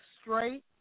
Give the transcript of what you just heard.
straight